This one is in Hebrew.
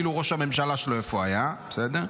ראש הממשלה שלו איפה היה, בסדר?